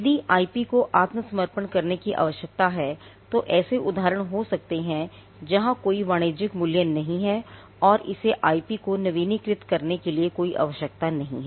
यदि आईपी को आत्मसमर्पण करने की आवश्यकता है तो ऐसे उदाहरण हो सकते हैं जहां कोई वाणिज्यिक मूल्य नहीं है और इसे आईपी को नवीनीकृत करके रखने की कोई आवश्यकता नहीं है